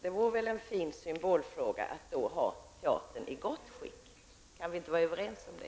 Det vore en fin symbol att då ha teatern i gott skick. Kan vi inte vara överens om det?